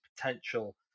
potential